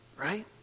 right